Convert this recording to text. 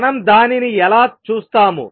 మనం దానిని ఎలా చూస్తాము